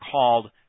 called